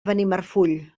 benimarfull